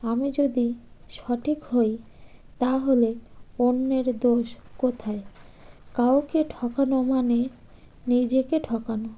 আমি যদি সঠিক হই তাহলে অন্যের দোষ কোথায় কাউকে ঠকানো মানে নিজেকে ঠকানো